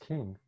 King